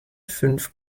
fünf